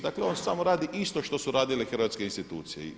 Dakle on samo radi isto što su radile hrvatske institucije.